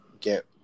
get